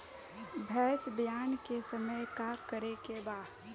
भैंस ब्यान के समय का करेके बा?